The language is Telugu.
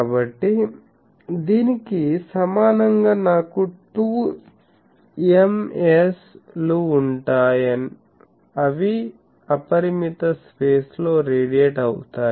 కాబట్టి దీనికి సమానంగా నాకు 2Ms లు ఉంటాయ అవి అపరిమిత స్పేస్ లో రేడియేట్ అవుతాయి